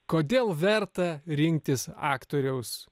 kodėl verta rinktis aktoriaus